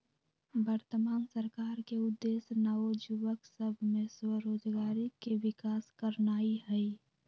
वर्तमान सरकार के उद्देश्य नओ जुबक सभ में स्वरोजगारी के विकास करनाई हई